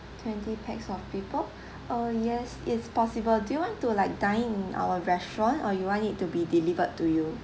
twenty pax of people oh yes is possible do you want to like dine in our restaurant or you want it to be delivered to you